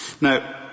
Now